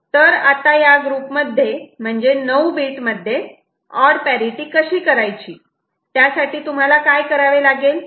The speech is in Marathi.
तर आता या ग्रुप मध्ये म्हणजे 9 बीट मध्ये ऑड पॅरिटि कशी करायची त्यासाठी तुम्हाला काय करावे लागेल